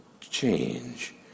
change